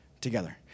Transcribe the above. together